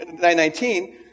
919